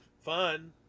fun